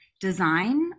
design